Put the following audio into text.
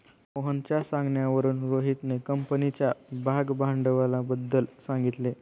मोहनच्या सांगण्यावरून रोहितने कंपनीच्या भागभांडवलाबद्दल सांगितले